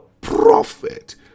prophet